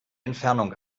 entfernung